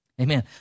Amen